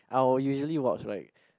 I will usually watch like